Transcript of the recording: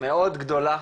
מאוד גדולה,